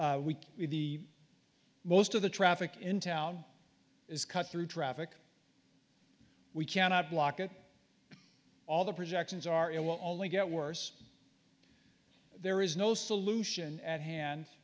be the most of the traffic in town is cut through traffic we cannot block it all the projections are it will only get worse there is no solution at hand